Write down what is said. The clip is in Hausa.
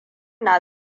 na